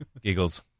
giggles